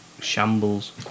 shambles